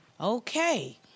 Okay